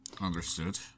Understood